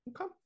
Okay